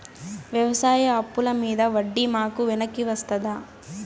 వ్యవసాయ అప్పుల మీద వడ్డీ మాకు వెనక్కి వస్తదా?